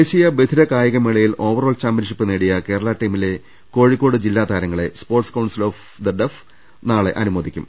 ദേശീയ ബധിര കായിക മേളയിൽ ഓവറോൾ ചാമ്പ്യൻഷിപ്പ് നേടിയ കേരളാ ടീമിലെ കോഴിക്കോട് ജില്ല താരങ്ങളെ sports council of the deaf നാളെ അനുമോദിക്കും